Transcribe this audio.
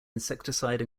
insecticide